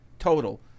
total